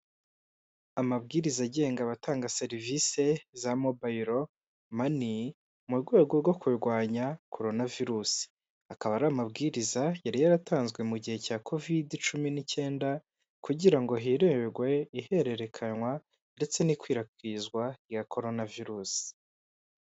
Amabwiriza agenga abatanga serivisi za mobayiro mani, mu rwego rwo kurwanya corona virus, akaba ari amabwiriza yari yaratanzwe mu gihe cya covid cumi n'icyenda, kugira ngo hirindwe ihererekanywa ndetse n'ikwirakwizwa rya corona virus.